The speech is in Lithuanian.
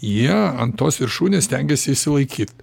jie ant tos viršūnės stengiasi išsilaikyt